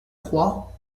croix